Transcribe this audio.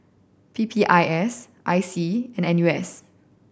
P P I S I C and N U S